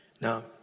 now